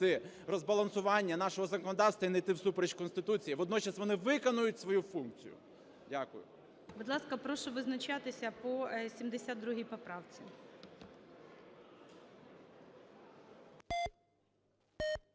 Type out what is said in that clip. розбалансування нашого законодавства і не йти всупереч Конституції. Водночас вони виконають свою функцію. Дякую. ГОЛОВУЮЧИЙ. Будь ласка, прошу визначатися по 72 поправці.